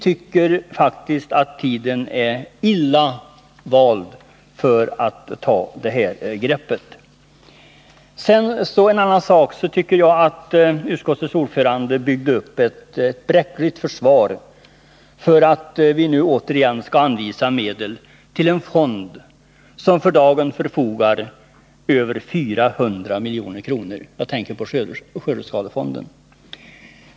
Tiden är, enligt vår åsikt, illa vald för Onsdagen den det här:greppet: 10 december 1980 Jag tycker att utskottets ordförande byggde upp ett bräckligt försvar för att vi nu återigen skall anvisa medel till en fond som för dagen förfogar över 400 Besparingar i milj.kr., jag tänker då på skördeskadefonden.